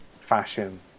fashion